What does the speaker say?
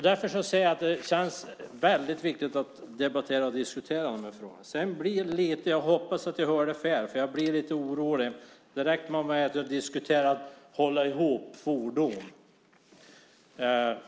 Därför känns det väldigt viktigt att debattera och diskutera de här frågorna. Jag hoppas att jag hörde fel, för jag blir lite orolig när man börjar diskutera att hålla ihop fordon.